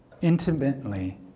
intimately